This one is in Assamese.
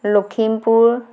লখিমপুৰ